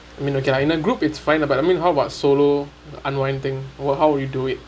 I mean okay lah in a group is fine but I mean how about solo unwind thing or how we do it